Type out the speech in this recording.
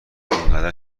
اینقدر